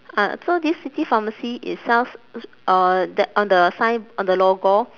ah so this city pharmacy it sells uh that on the sign on the logo